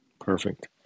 Perfect